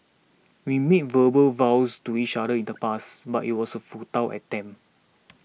we made verbal vows to each other in the past but it was a futile attempt